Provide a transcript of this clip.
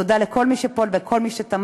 תודה לכל מי שפה ולכל מי שתמך.